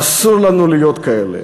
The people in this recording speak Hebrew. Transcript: ואסור לנו להיות כאלה.